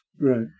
Right